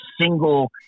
single